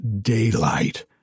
daylight